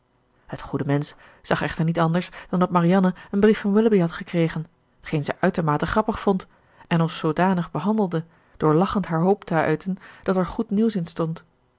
het goede mensch zag echter niet anders dan dat marianne een brief van willoughby had gekregen t geen zij uitermate grappig vond en als zoodanig behandelde door lachend haar hoop te uiten dat er goed nieuws in stond